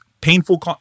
painful